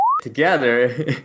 together